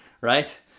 right